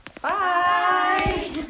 Bye